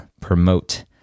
promote